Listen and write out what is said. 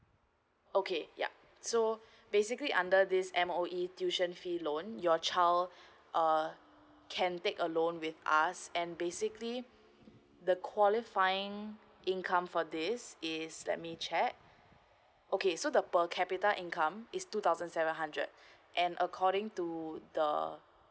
okay yup so basically under this M_O_E tuition fee loan your child uh can take alone with us and basically the qualifying income for this is let me check okay so the per capita income is two thousand seven hundred and according to the